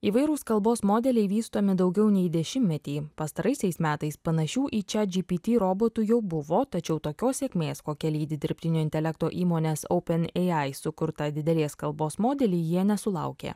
įvairūs kalbos modeliai vystomi daugiau nei dešimtmetį pastaraisiais metais panašių į chatgpt robotų jau buvo tačiau tokios sėkmės kokia lydi dirbtinio intelekto įmonės openai sukurtą didelės kalbos modelį jie nesulaukė